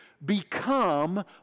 become